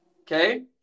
Okay